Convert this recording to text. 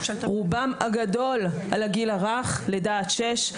רוב הפניות הן על הגיל הרך, לידה עד שש.